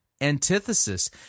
antithesis